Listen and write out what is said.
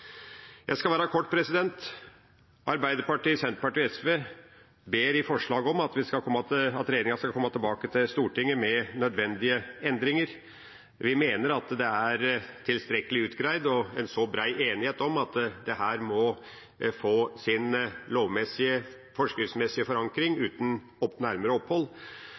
Jeg skal være kort: Arbeiderpartiet, Senterpartiet og SV ber i forslaget om at regjeringa skal komme tilbake til Stortinget med nødvendige endringer. Vi mener at det er tilstrekkelig utgreid, og at det er en så bred enighet om at dette må få sin lovmessige, forskriftsmessige forankring uten nærmere opphold.